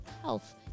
health